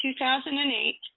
2008